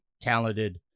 talented